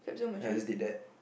then I just did that